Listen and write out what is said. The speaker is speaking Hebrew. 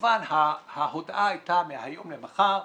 כמובן ההודעה הייתה מהיום למחר,